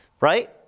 right